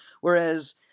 whereas